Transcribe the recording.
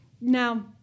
Now